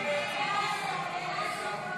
50 בעד, 60 נגד.